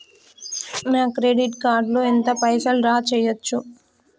నా credit card లో ఎంత పైసల్ డ్రా చేయచ్చు?